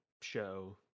show